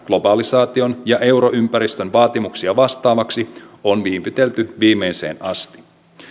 globalisaation ja euroympäristön vaatimuksia vastaavaksi on viivytelty viimeiseen asti